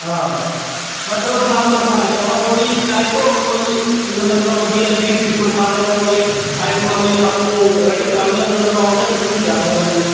आं मगर नॉर्मल खाने च पर अगर च्वॉयस होग थुहाड़ी मतलब वीआईपी सिस्टम खाने दा कोई आइटमां आपूं कोई रेड्डी करानियां होङन तां ओह्दे च तुसेंगी जादै पौना प्ही